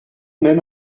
même